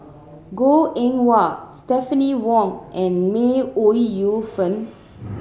Goh Eng Wah Stephanie Wong and May Ooi Yu Fen